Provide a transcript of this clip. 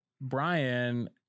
Brian